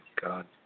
God